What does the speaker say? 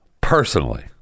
personally